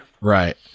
right